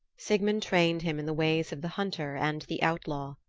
sigmund trained him in the ways of the hunter and the outlaw.